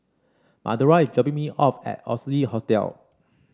Madora is dropping me off at Oxley Hotel